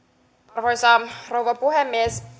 arvoisa rouva puhemies